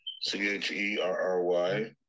C-H-E-R-R-Y